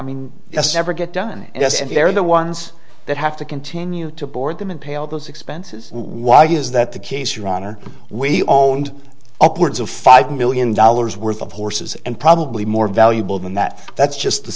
yes ever get done yes and they're the ones that have to continue to board them and pay all those expenses why is that the case your honor we own upwards of five million dollars worth of horses and probably more valuable than that that's just the